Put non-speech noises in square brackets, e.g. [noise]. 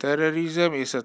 terrorism is a [unintelligible]